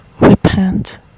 repent